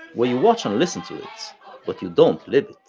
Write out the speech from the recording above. where you watch and listen to it, but you don't live it.